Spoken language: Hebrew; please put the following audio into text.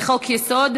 לחוק-יסוד: